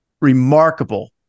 remarkable